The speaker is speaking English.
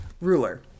ruler